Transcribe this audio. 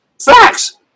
Facts